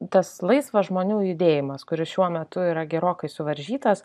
tas laisvas žmonių judėjimas kuris šiuo metu yra gerokai suvaržytas